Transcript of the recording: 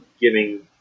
giving